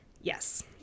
Yes